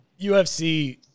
UFC